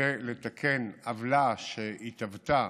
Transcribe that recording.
כדי לתקן עוולה שהתהוותה